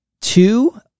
Two